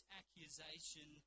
accusation